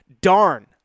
darn